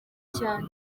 cyane